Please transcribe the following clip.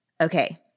okay